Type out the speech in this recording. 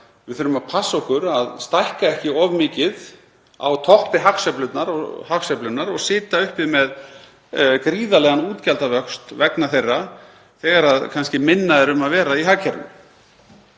við þurfum að passa okkur á að stækka ekki of mikið á toppi hagsveiflunnar og sitja uppi með gríðarlegan útgjaldavöxt vegna þeirra þegar kannski minna er um að vera í hagkerfinu.